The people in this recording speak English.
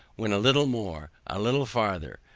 when, a little more, a little farther,